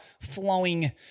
flowing